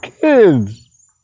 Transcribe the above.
kids